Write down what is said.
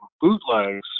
bootlegs